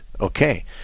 Okay